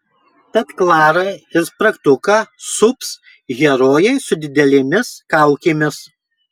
tad klarą ir spragtuką sups herojai su didelėmis kaukėmis